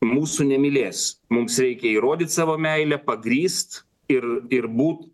mūsų nemylės mums reikia įrodyt savo meilę pagrįst ir ir bū